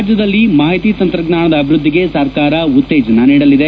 ರಾಜ್ಯದಲ್ಲಿ ಮಾಹಿತಿ ತಂತ್ರಜ್ಞಾನದ ಅಭಿವೃದ್ದಿಗೆ ಸರ್ಕಾರ ಉತ್ತೇಜನ ನೀಡಲಿದೆ